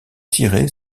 tirer